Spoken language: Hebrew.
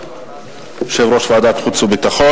יושב-ראש ועדת חוץ וביטחון.